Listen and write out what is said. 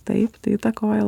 taip tai įtakoja